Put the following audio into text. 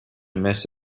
mess